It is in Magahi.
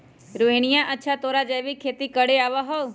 रोहिणीया, अच्छा तोरा जैविक खेती करे आवा हाउ?